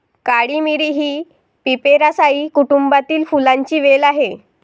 काळी मिरी ही पिपेरासाए कुटुंबातील फुलांची वेल आहे